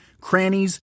crannies